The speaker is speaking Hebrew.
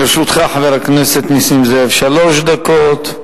לרשותך, חבר הכנסת נסים זאב, שלוש דקות.